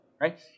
right